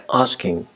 asking